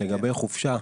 לגבי חופשה.